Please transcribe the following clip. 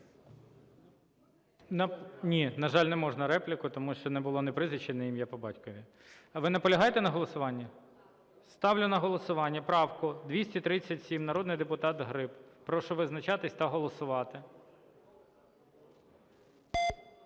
На жаль, не можна репліку, тому що не було ні прізвища, ні ім'я по батькові. Ви наполягаєте на голосуванні? Ставлю на голосування правку 237, народний депутат Гриб. Прошу визначатись та голосувати.